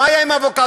מה היה עם האבוקדו?